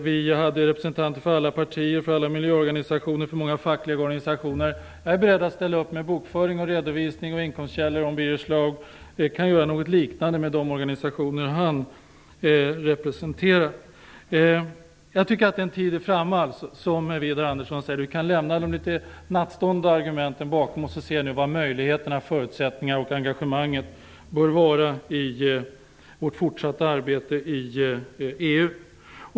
Vi hade representanter med från alla partier, alla miljöorganisationer och många fackliga organisationer. Jag är beredd att ställa upp med bokföring och redovisning av inkomstkällor om Birger Schlaug kan göra något liknande med de organisationer han representerar. Jag tycker att den tid har kommit då vi, som Widar Andersson säger, kan lämna de litet nattståndna argumenten bakom oss och se vilka möjligheter, förutsättningar och engagemang vi har i vårt fortsatta arbete i EU.